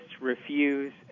refuse